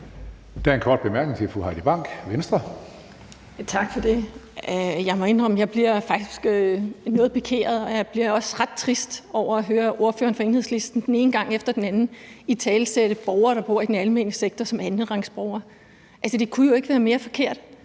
bliver noget pikeret og også ret trist over at høre ordføreren fra Enhedslisten den ene gang efter den anden italesætte borgere, der bor i den almene sektor, som andenrangsborgere. Det kunne jo ikke være mere forkert.